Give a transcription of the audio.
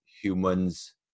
humans